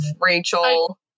Rachel